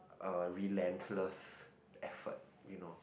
a relentless effort you know